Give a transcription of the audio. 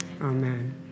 amen